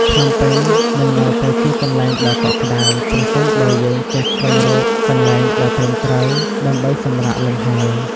ភ្នំពេញនឹងនៅតែជាកន្លែងដ៏កក់ក្តៅ ប្រសិនបើយើងចេះស្វែងរកកន្លែងដ៏ត្រឹមត្រូវដើម្បីសម្រាកលំហែ។